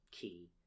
key